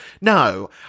No